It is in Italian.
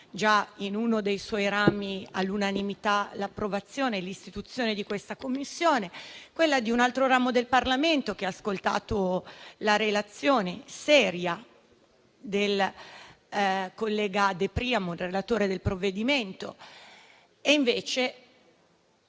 in uno dei suoi rami, l'approvazione e l'istituzione di questa Commissione e quella di un altro ramo del Parlamento che ha ascoltato la relazione seria del collega De Priamo, relatore del provvedimento. Invece